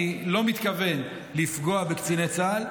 אני לא מתכוון לפגוע בקציני צה"ל.